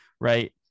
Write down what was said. right